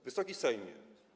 Wysoki Sejmie!